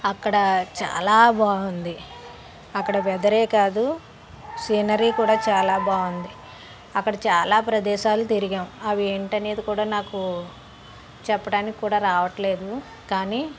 అక్కడ చాలా బాగుంది అక్కడ వెదరే కాదు సీనరీ కూడా చాలా బాగుంది అక్కడ చాలా ప్రదేశాలు తిరిగాం అవి ఏంటి అనేది కూడా నాకు చెప్పడానికి కూడా రావట్లేదు కానీ